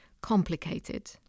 complicated